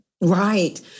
Right